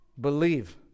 Believe